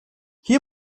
hier